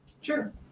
Sure